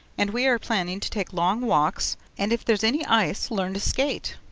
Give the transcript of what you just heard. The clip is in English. and we are planning to take long walks and if there's any ice learn to skate.